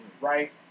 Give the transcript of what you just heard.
right